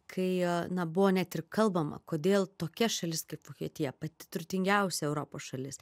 kai na buvo ne tik kalbama kodėl tokia šalis kaip vokietija pati turtingiausia europos šalis